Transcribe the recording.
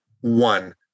one